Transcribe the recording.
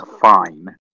fine